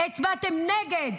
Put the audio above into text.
הצבעתם נגד.